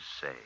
say